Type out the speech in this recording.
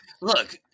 Look